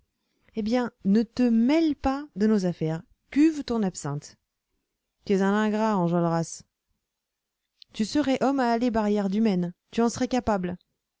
eh bien ne te mêle pas de nos affaires cuve ton absinthe tu es un ingrat enjolras tu serais homme à aller barrière du maine tu en serais capable